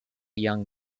young